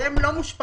והן לא מושפעות,